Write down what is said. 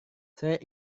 saya